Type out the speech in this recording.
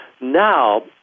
Now